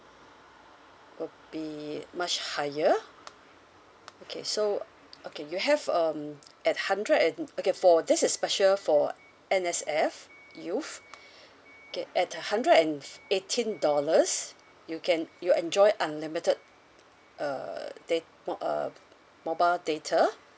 would be much higher okay so okay you have um at hundred and okay for this is special for N_S_F youth okay at a hundred and eighteen dollars you can you'll enjoy unlimited uh da~ poi~ uh mobile data